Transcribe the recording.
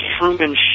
Truman